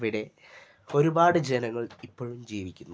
അവിടെ ഒരുപാട് ജനങ്ങൾ ഇപ്പോഴും ജീവിക്കുന്നു